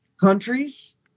countries